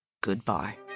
goodbye